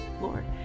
Lord